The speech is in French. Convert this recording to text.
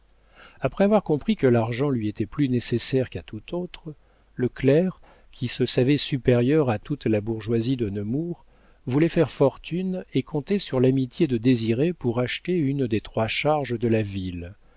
après avoir compris que l'argent lui était plus nécessaire qu'à tout autre le clerc qui se savait supérieur à toute la bourgeoisie de nemours voulait faire fortune et comptait sur l'amitié de désiré pour acheter une des trois charges de la ville